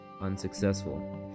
unsuccessful